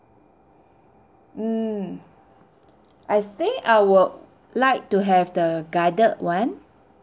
mm I think I would like to have the guided [one]